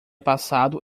passado